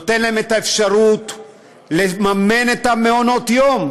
נותן להם את האפשרות לממן את מעונות היום,